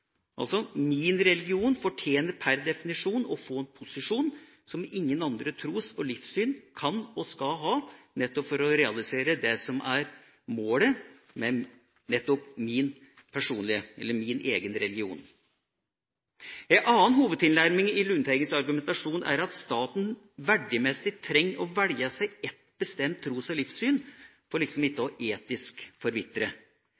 altså: Min religion fortjener per definisjon å få en posisjon som ingen andre tros- og livssyn kan og skal ha, nettopp for å realisere det som er målet, min egen religion. Ei annen hovedtilnærming i Lundteigens argumentasjon er at staten verdimessig trenger å velge seg ett bestemt tros- og livssyn for liksom ikke etisk å forvitre.